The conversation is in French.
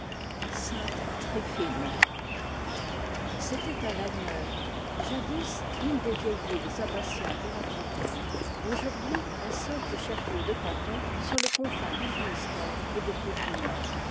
c'était à lanmeur jadis une des vieilles villes abbatiales de la bretagne aujourd'hui un simple chef-lieu de canton sur les confins du finistère et des côtes du nord je